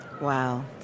Wow